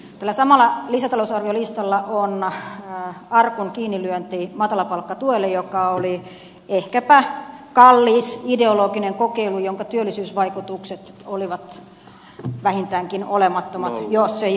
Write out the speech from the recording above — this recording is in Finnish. tällä samalla lisätalousarviolistalla on arkun kiinnilyönti matalapalkkatuelle joka oli ehkäpä kallis ideologinen kokeilu jonka työllisyysvaikutukset olivat vähintäänkin olemattomat jos edes sitä